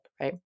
right